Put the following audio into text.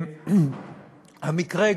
המקרה,